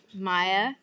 Maya